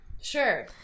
Sure